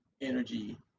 energy